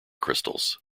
crystals